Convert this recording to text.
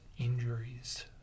injuries